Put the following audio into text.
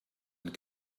and